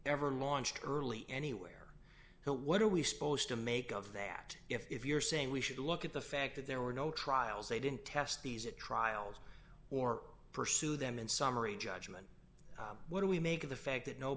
ever launched early anywhere so what are we supposed to make of that if you're saying we should look at the fact that there were no trials they didn't test these at trials or pursue them in summary judgment what do we make of the fact that no